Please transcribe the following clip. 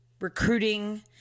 recruiting